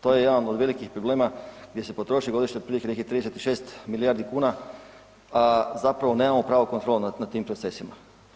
To je jedan od velikih problema gdje se potroši godišnje otprilike nekih 36 milijardi kuna, a zapravo nemamo pravu kontrolu nad, nad tim procesima.